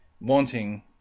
wanting